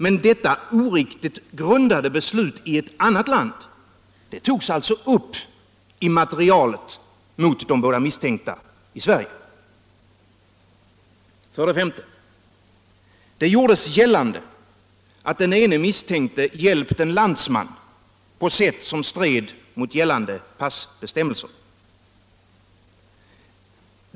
Men detta oriktigt grundade beslut i ett annat land togs alltså upp i materialet mot de båda misstänkta i Sverige. För det femte: Det gjordes gällande att den ene misstänkte hjälpt en landsman på sätt som stred mot gällande passbestämmelser.